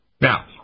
Now